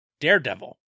Daredevil